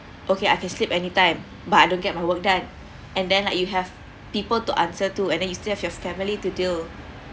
okay I can sleep anytime but I don't get my work done and then like you have people to answer to and then you still have your family to deal